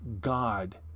God